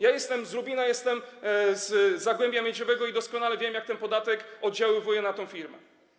Ja jestem z Lubina, jestem z zagłębia miedziowego i doskonale wiem, jak ten podatek oddziałuje na tę firmę.